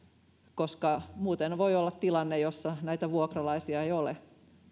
koska muuten voi olla se tilanne että vuokralaisia ei ole